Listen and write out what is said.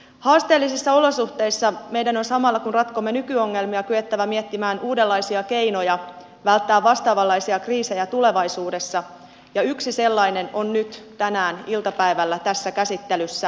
haasteellisissa olosuhteissa meidän on samalla kun ratkomme nykyongelmia kyettävä miettimään uudenlaisia keinoja välttää vastaavanlaisia kriisejä tulevaisuudessa ja yksi sellainen on nyt tänään iltapäivällä tässä käsittelyssä